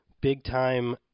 big-time